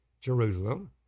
Jerusalem